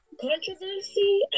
controversy